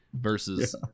versus